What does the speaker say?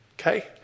okay